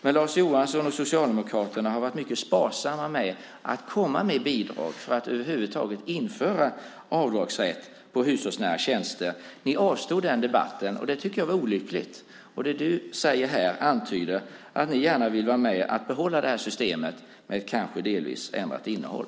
Men Lars Johansson och Socialdemokraterna har varit mycket sparsamma med att komma med bidrag för att över huvud taget införa avdragsrätt på hushållsnära tjänster. Ni avstod den debatten. Det tycker jag var olyckligt. Det du säger här antyder att ni gärna vill vara med och behålla det här systemet, med kanske delvis ändrat innehåll.